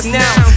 now